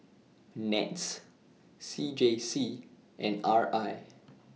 Nets C J C and R I